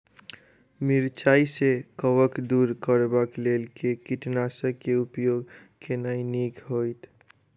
मिरचाई सँ कवक दूर करबाक लेल केँ कीटनासक केँ उपयोग केनाइ नीक होइत?